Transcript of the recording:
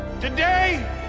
Today